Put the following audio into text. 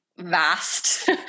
vast